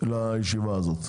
לישיבה הזאת.